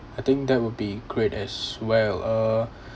I think that would be great as well uh